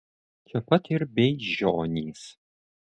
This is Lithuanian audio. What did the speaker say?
čia pat ir beižionys